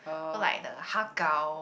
so like the har-gow@